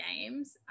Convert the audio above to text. games